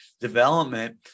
development